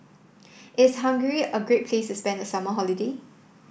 is Hungary a great place to spend the summer holiday